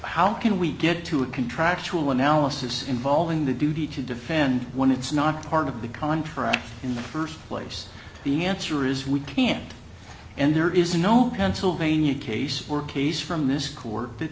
how can we get to a contractual analysis involving the duty to defend when it's not part of the contract in the first place the answer is we can't and there is no pennsylvania case we're case from this court that